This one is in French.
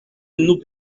nous